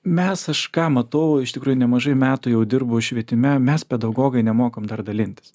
mes aš ką matau iš tikrųjų nemažai metų jau dirbu švietime mes pedagogai nemokam dar dalintis